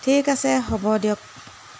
ঠিক আছে হ'ব দিয়ক